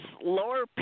lower